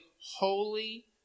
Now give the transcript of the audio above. holy